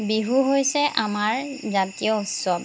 বিহু হৈছে আমাৰ জাতীয় উৎসৱ